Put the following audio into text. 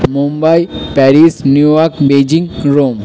Mumbai Paris New York Beijing Rome